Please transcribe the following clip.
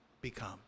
become